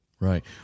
right